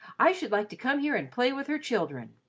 i should like to come here and play with her children.